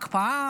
הקפאה,